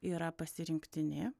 yra pasirinktini